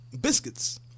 biscuits